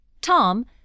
Tom